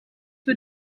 für